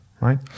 right